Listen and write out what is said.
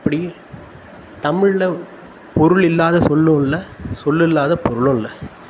அப்படி தமிழில் பொருள் இல்லாத சொல்லும் இல்லை சொல் இல்லாத பொருளும் இல்லை